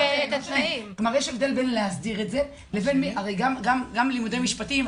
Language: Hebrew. יש הבדל בין להסדיר את זה הרי גם לימודי משפטים,